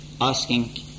Asking